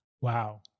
Wow